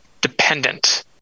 dependent